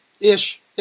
ish